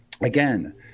Again